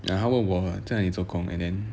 然后他问我在哪里做工 and then